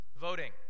voting